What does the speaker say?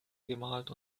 gemalt